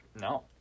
no